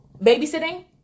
Babysitting